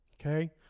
okay